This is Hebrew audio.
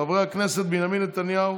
חברי הכנסת בנימין נתניהו,